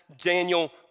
Daniel